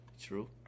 True